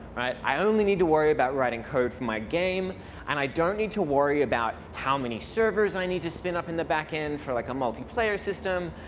i only need to worry about writing code for my game and i don't need to worry about how many servers i need to spin up in the backend for like a multiplayer system.